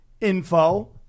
info